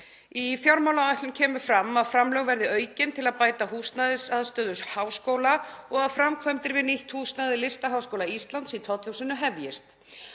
Í fjármálaáætlun kemur fram að framlög verði aukin til að bæta húsnæðisaðstöðu háskóla og að framkvæmdir við nýtt húsnæði Listaháskóla Íslands í Tollhúsinu hefjist.